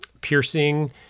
piercing